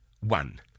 one